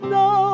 no